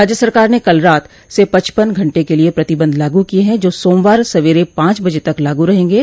राज्य सरकार ने कल रात से पचपन घंटे के लिए प्रतिबंध लागू किए हैं जो सोमवार सवेरे पांच बजे तक लागू रहेंगे